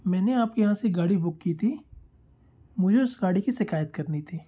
मेंने आप के यहाँ से एक गाड़ी बुक की थी मुझे उस गाड़ी की शिकायत करनी थी